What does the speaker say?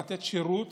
לתת שירות,